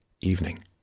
evening